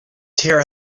tear